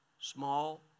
small